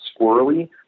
squirrely